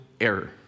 error